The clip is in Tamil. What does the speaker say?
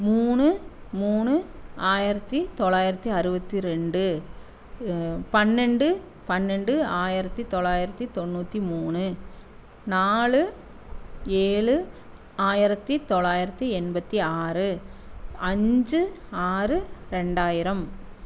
மூணு மூணு ஆயிரத்தி தொள்ளாயிரத்தி அறுபத்தி ரெண்டு பன்னெண்டு பன்னெண்டு ஆயிரத்தி தொள்ளாயிரத்தி தொண்ணூற்றி மூணு நாலு ஏழு ஆயிரத்தி தொள்ளாயிரத்தி எண்பத்தி ஆறு அஞ்சு ஆறு ரெண்டாயிரம்